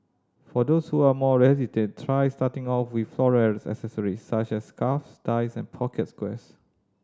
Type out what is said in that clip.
for those who are more hesitant try starting off with floral accessories such as scarves ties of pocket squares